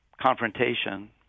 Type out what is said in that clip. confrontation